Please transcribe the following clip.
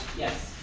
yes.